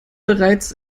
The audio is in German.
bereits